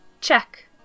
Check